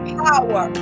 power